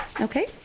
Okay